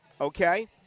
Okay